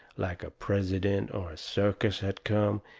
like a president or a circus had come,